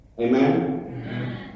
Amen